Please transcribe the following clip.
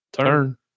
turn